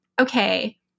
okay